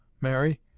Mary